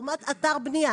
לעומת אתר בניה.